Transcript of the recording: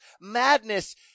madness